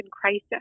crisis